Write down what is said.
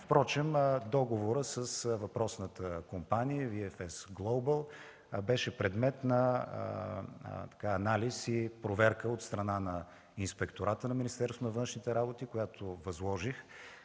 Впрочем договорът с въпросната компания VFS Globul беше предмет на анализ и проверка от страна на Инспектората на Министерството